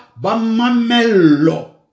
Bamamello